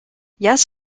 yes